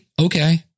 okay